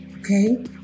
okay